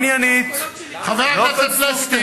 חבר הכנסת פלסנר.